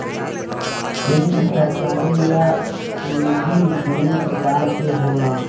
bank सरकारी आ निजी दुनु प्रकार के होला